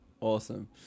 awesome